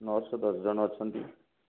nurse dozen ଅଛନ୍ତି